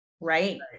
Right